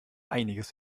einiges